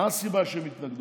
מה הסיבה שהם התנגדו?